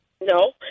No